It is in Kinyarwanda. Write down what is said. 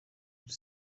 kuri